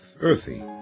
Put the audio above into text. earthy